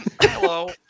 Hello